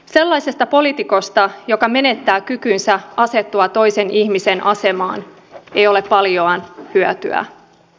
sellaisesta poliitikosta joka menettää kykynsä asettua toisen ihmisen asemaan ei ole paljoa hyötyä